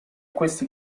questi